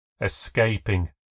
Escaping